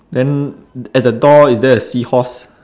then at the door is there a seahorse